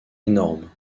énormes